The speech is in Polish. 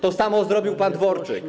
To samo zrobił pan Dworczyk.